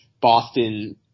Boston